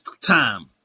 time